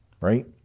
right